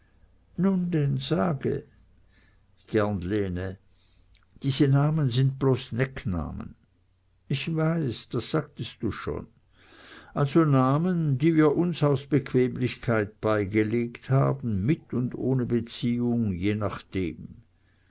nun denn sage gern lene diese namen sind bloß necknamen ich weiß das sagtest du schon also namen die wir uns aus bequemlichkeit beigelegt haben mit und ohne beziehung je nachdem